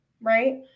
Right